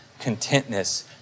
contentness